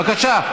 בבקשה.